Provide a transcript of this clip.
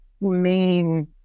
main